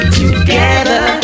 together